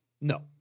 no